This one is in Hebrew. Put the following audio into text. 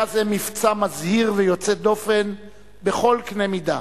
היה זה מבצע מזהיר ויוצא דופן בכל קנה מידה.